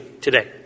today